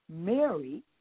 Mary